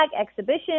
exhibition